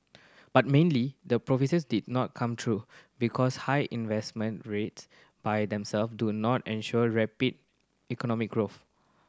but mainly the prophecies did not come true because high investment rates by themself do not ensure rapid economic growth